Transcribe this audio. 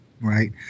Right